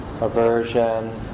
aversion